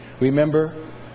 remember